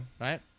Right